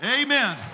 Amen